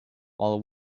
while